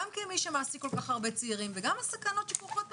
גם כמי שמעסיק כל-כך הרבה צעירים וגם הסכנות שכרוכות בזה.